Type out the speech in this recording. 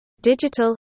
Digital